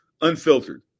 unfiltered